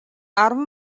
арван